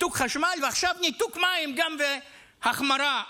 ועכשיו ניתוק מים וגם החמרה בענישה.